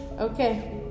Okay